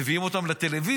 מביאים אותם לטלוויזיה,